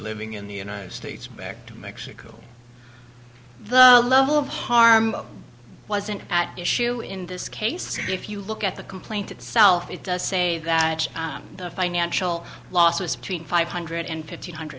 living in the united states back to mexico the level of wasn't at issue in this case if you look at the complaint itself it does say that the financial loss was between five hundred and fifteen hundred